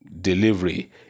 delivery